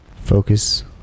focus